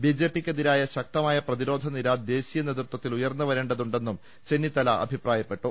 ബിജെപിക്കെതിരായ ശക്തമായ പ്രതിരോധനിര ദേശീയ നേതൃത്വത്തിൽ ഉയർന്ന് വരേണ്ടതുണ്ടെന്നും ചെന്നിത്തല അഭി പ്രായപ്പെട്ടു